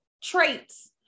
traits